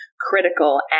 critical